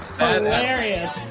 hilarious